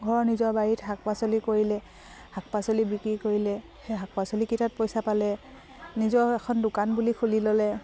ঘৰৰ নিজৰ বাৰীত শাক পাচলি কৰিলে শাক পাচলি বিক্ৰী কৰিলে সেই শাক পাচলি কেইটাত পইচা পালে নিজৰ এখন দোকান বুলি খুলি ল'লে